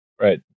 Right